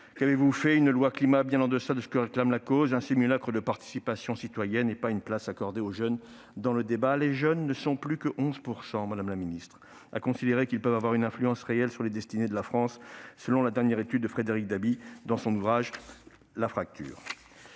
Qu'avez-vous fait ? Une loi Climat bien en deçà de ce que réclame la cause, un simulacre de participation citoyenne et pas une place accordée aux jeunes dans le débat. Les jeunes ne sont plus que 11 % à considérer qu'ils peuvent avoir une influence réelle sur les destinées de la France, selon la dernière étude de Frédéric Dabi, intitulée. Entre